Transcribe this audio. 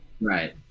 Right